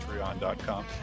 patreon.com